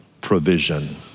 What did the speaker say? provision